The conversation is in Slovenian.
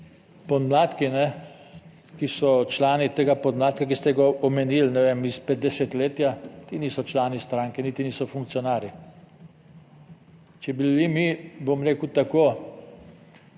podmladki, ki so člani tega podmladka, ki ste ga omenili, ne vem, izpred desetletja, ki niso člani stranke, niti niso funkcionarji. Če bi bili mi, bom rekel tako,